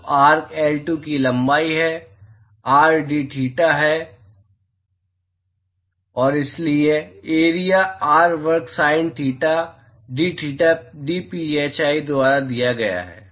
तो arc L2 की लंबाई r dtheta है और इसलिए एरिआ r वर्ग sin theta dtheta dphi द्वारा दिया गया है